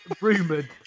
rumoured